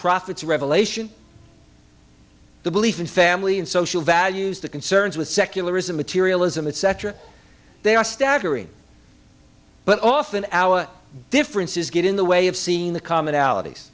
profits revelation the belief in family and social values the concerns with secularism materialism etc they are staggering but often our differences get in the way of seeing the commonalities